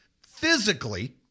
physically